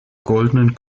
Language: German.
goldenen